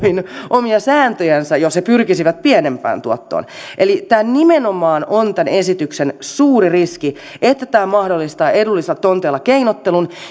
omia sääntöjänsä jos he pyrkisivät pienempään tuottoon eli tämä nimenomaan on tämän esityksen suuri riski että tämä mahdollistaa edullisilla tonteilla keinottelun